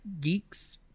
geeks